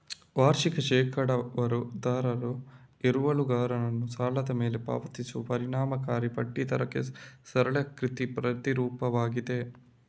ವಾರ್ಷಿಕ ಶೇಕಡಾವಾರು ದರ ಎರವಲುಗಾರನು ಸಾಲದ ಮೇಲೆ ಪಾವತಿಸುವ ಪರಿಣಾಮಕಾರಿ ಬಡ್ಡಿ ದರಕ್ಕೆ ಸರಳೀಕೃತ ಪ್ರತಿರೂಪವಾಗಿದೆ